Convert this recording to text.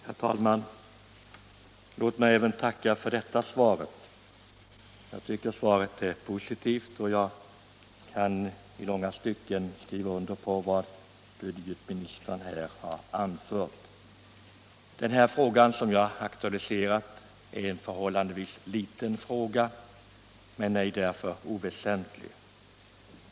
Herr talman! Låt mig tacka även för detta svar. Jag tycker att svaret är positivt, och jag kan i långa stycken skriva under på vad budgetministern här har anfört. Den fråga som jag aktualiserat är förhållandevis liten men därför inte oväsentlig.